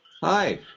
Hi